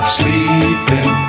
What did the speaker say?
sleeping